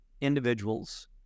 individuals